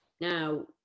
Now